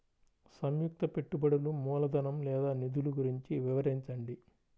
సంయుక్త పెట్టుబడులు మూలధనం లేదా నిధులు గురించి వివరించండి?